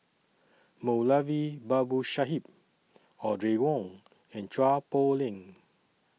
Moulavi Babu Sahib Audrey Wong and Chua Poh Leng